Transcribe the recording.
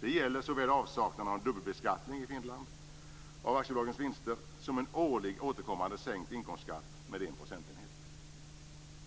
Det gäller såväl avsaknaden av dubbelbeskattning i